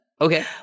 Okay